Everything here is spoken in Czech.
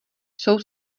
jsou